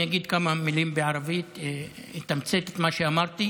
אני אגיד כמה מילים בערבית, אתמצת את מה שאמרתי.